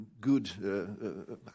good